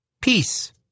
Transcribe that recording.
Peace